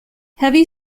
heavy